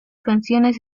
canciones